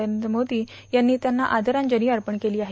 नरेंद्र मोदी यांनी त्यांना आदरांजली अर्पण केली आहे